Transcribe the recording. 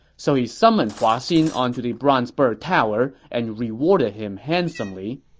so he summoned hua xin onto the bronze bird tower and rewarded him handsomely.